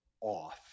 off